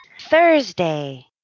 Thursday